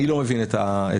אני לא מבין את החיפזון.